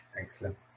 Excellent